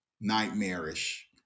nightmarish